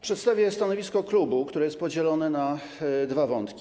Przedstawię stanowisko klubu, które jest podzielone na dwa wątki.